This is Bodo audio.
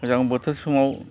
गोजां बोथोर समाव